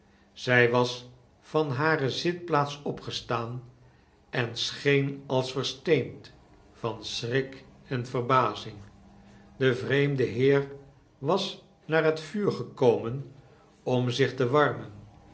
zij was van hare zitplaats opgestaan en seheen als versteend van schrik en verbazing de vreemde heer was naar het vuur gekomen om zich te warmen